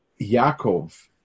Yaakov